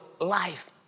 life